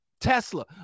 Tesla